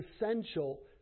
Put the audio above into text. essential